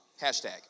Hashtag